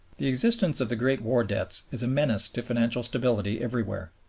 the existence of the great war debts is a menace to financial stability everywhere.